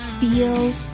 feel